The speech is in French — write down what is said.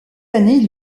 années